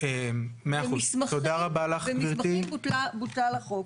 ו --- בוטל החוק.